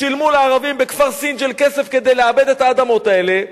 שילמו לערבים בכפר סינג'יל כסף לעבד את האדמות האלה,